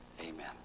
Amen